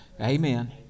Amen